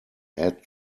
add